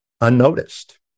unnoticed